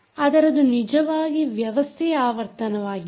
ಆದರೆ ಅದು ನಿಜವಾಗಿ ವ್ಯವಸ್ಥೆಯ ಆವರ್ತನವಾಗಿದೆ